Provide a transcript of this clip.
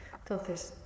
Entonces